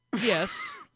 Yes